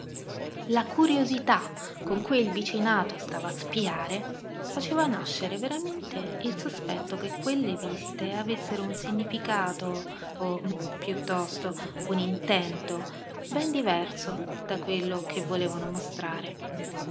la curiosità con cui il vicinato stava a spiare faceva nascere veramente il sospetto che quelle visite avessero un significato o piuttosto un intento ben diverso da quello che volevano mostrare